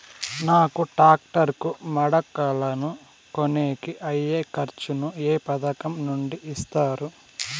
నాకు టాక్టర్ కు మడకలను కొనేకి అయ్యే ఖర్చు ను ఏ పథకం నుండి ఇస్తారు?